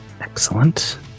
Excellent